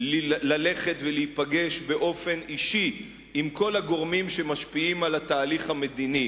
ללכת ולהיפגש באופן אישי עם כל הגורמים המשפיעים על התהליך המדיני,